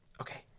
Okay